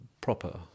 proper